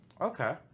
Okay